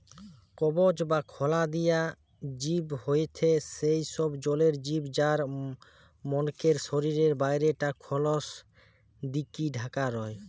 কবচ বা খলা দিয়া জিব হয়থে সেই সব জলের জিব যার মনকের শরীরের বাইরে টা খলস দিকি ঢাকা রয়